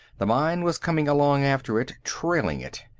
the mine was coming along after it, trailing it.